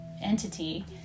entity